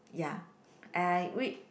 ya and I read